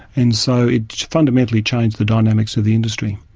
and so it fundamentally changed the dynamics of the industry.